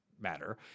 matter